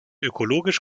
ökologisch